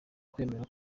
kwemera